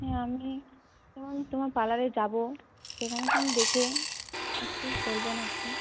হ্যাঁ আপনি তোমার পার্লারে যাব সেখানে তুমি দেখে একটু বলবেন আর কি